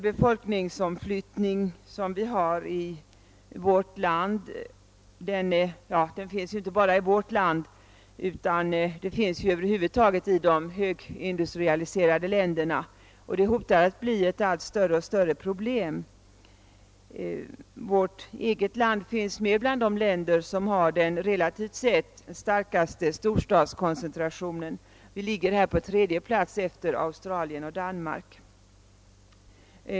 Befolkningsomflyttningen i vårt land, en omflyttning som över huvud taget återfinnes i alla de högindustrialiserade länderna, hotar att bli ett allt större problem. Vårt eget land tillhör de länder som har den relativt sett starkaste storstadskoncentrationen. Sverige ligger på tredje plats efter Australien och Danmark.